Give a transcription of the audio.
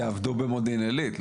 שיעבדו במודיעין עילית.